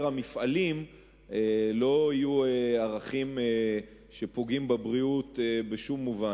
המפעלים לא יהיו ערכים שפוגעים בבריאות בשום מובן,